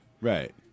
right